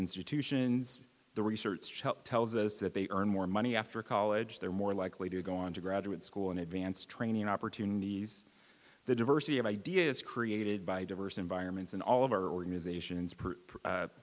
institutions the research tells us that they earn more money after college they're more likely to go on to graduate school and advance training opportunities the diversity of ideas created by diverse environments and all of our organizations